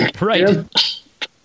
Right